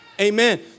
Amen